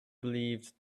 believed